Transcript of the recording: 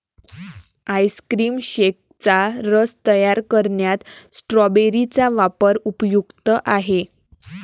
ice cream शेकचा रस तयार करण्यात स्ट्रॉबेरी चा वापर उपयुक्त आहे